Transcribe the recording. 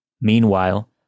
Meanwhile